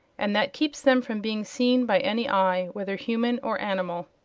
and that keeps them from being seen by any eye, whether human or animal.